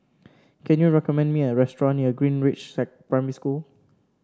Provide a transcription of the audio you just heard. can you recommend me a restaurant near Greenridge Primary School